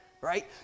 right